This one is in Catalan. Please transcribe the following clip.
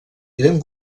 eren